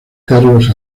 carlos